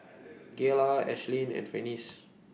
Gayla Ashlynn and Finis